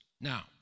now